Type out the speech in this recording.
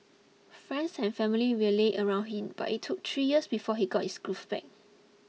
friends and family rallied around him but it took three years before he got his groove back